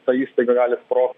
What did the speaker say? ta įstaiga gali sprogt